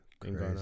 crazy